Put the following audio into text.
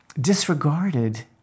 disregarded